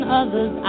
others